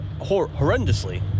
horrendously